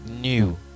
new